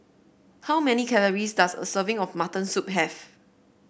how many calories does a serving of Mutton Soup have